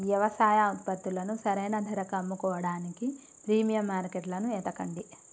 యవసాయ ఉత్పత్తులను సరైన ధరకి అమ్ముకోడానికి ప్రీమియం మార్కెట్లను ఎతకండి